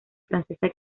francesa